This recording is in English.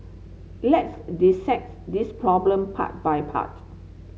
let's this problem part by part